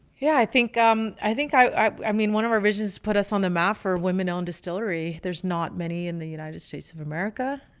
yeah i think um i think i i mean, one of our visions put us on the map for women on distillery, there's not many in the united states of america.